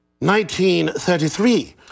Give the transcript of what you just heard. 1933